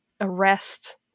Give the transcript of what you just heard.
arrest